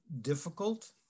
difficult